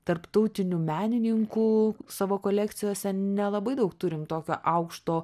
tarptautinių menininkų savo kolekcijose nelabai daug turim tokio aukšto